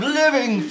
living